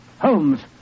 Holmes